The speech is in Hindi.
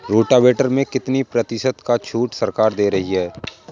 रोटावेटर में कितनी प्रतिशत का छूट सरकार दे रही है?